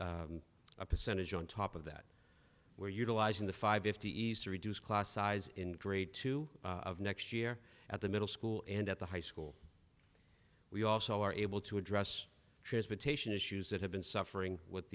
of a percentage on top of that we're utilizing the five fifty eastern reduce class size in grade two of next year at the middle school and at the high school we also are able to address transportation issues that have been suffering with